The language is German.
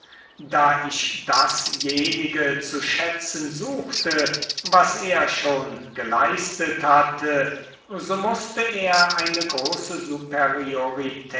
da ich dasjenige zu schätzen suchte was er schon geleistet hatte so mußte er eine große